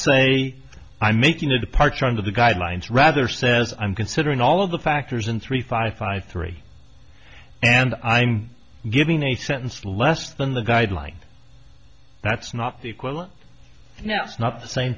say i'm making the departure of the guidelines rather says i'm considering all of the factors in three five five three and i'm giving a sentence less than the guideline that's not the equivalent you know it's not the same